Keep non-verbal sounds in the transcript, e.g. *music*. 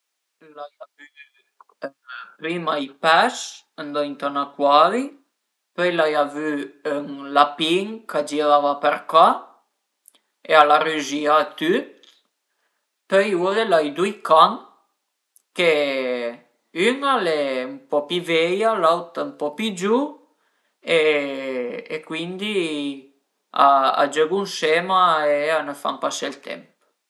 *hesitation* Prima i pes ëndrinta a ün acuari, pöi l'avi avü ün lapin ch'a girava për ca e al a rüzià tüt, pöi ure l'ai dui can che ün al e ën po pi veia, l'aut ën po pi giuvu e cuindi a giögu ënsema e a nu fan pasé ël temp